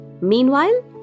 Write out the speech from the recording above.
Meanwhile